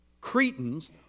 Cretans